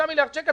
6 מיליארד שקלים,